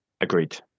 Agreed